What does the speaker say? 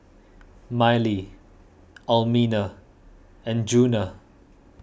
Mylie Almina and Djuna